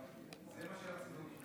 זה מה שרציתי לשמוע.